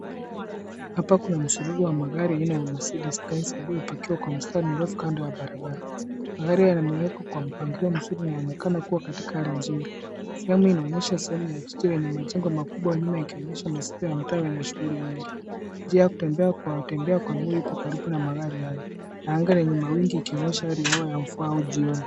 Hapa kuna msururu wa gari aina ya Mercides Benz iliyopakiwa kwa mstari mrefu kando ya barabara. Magari haya yamewekwa kwa mpangilio mzuri na inaonekana kuwa katika hali nzuri. Sehemu hii inaonyesha sehemu ya jiji lenye majengo makubwa nyuma ikionyesha sehemu ya mtaa wenye shughuli mingi. Njia ya kutembea kwa watembea kwa miguu iko karibu na magari haya. Anga lenye mawingu ikionyesha hali ya hewa ya mvua au jioni.